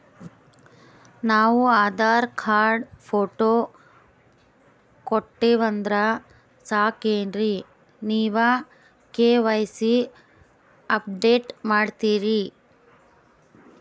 ನಾವು Aadhaar card, photo ಕೊಟ್ಟೀವಂದ್ರ ಸಾಕೇನ್ರಿ ನೀವ ಕೆ.ವೈ.ಸಿ ಅಪಡೇಟ ಮಾಡ್ತೀರಿ?